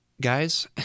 guys